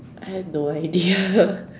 I have no idea